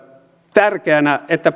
tärkeänä että